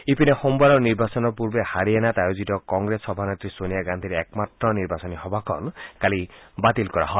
ইপিনে সোমবাৰৰ নিৰ্বাচনৰ পূৰ্বে হাৰিয়ানাত আয়োজিত কংগ্ৰেছৰ সভানেত্ৰী ছোনিয়া গান্ধীৰ একমাত্ৰ নিৰ্বাচনী সভাখন কালি বাতিল কৰা হয়